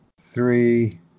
three